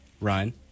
Ryan